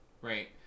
Right